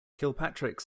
kilpatrick